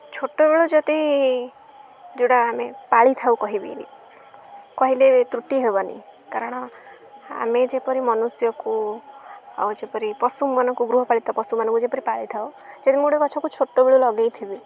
ଛୋଟବେଳୁ ଯଦି ଯେଉଁଟା ଆମେ ପାଳିଥାଉ କହିବି କହିଲେ ତ୍ରୁଟି ହେବନି କାରଣ ଆମେ ଯେପରି ମନୁଷ୍ୟକୁ ଆଉ ଯେପରି ପଶୁମାନଙ୍କୁ ଗୃହପାଳିତ ପଶୁମାନଙ୍କୁ ଯେପରି ପାଳିଥାଉ ଯଦି ମୁଁ ଗୋଟେ ଗଛକୁ ଛୋଟବେଳୁ ଲଗାଇଥିବି